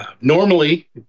Normally